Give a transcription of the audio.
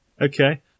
Okay